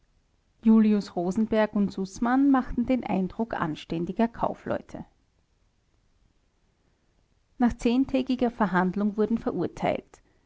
julius rosenberg und sußmann machten den eindruck anständiger kaufleute nach zehntägiger verhandlung wurden verurteilt